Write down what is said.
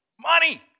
Money